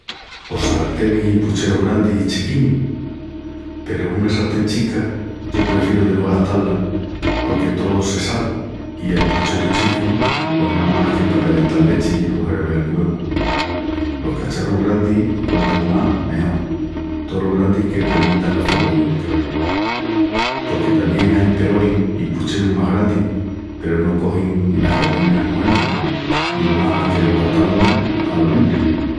Pos sartenis i pucherus grandis i chiquinus. Peru una sartín chica yo prefieru de no gastá-la porque tó se sal i el pucheru chicu pos namás que pa calental lechi o hervel güevus. Los cacharrus grandis, quantu más mejol, tolo grandi que premitan los fogonis, craru. Porque tamién ain perolis i pucherus más grandis peru no cogin enas cozinas moernas i más que los gastamus ala lumbri.